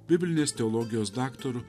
biblinės teologijos daktaru